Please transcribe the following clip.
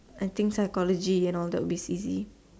I think psychology all that would be easy